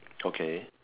okay